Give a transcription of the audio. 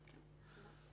תודה.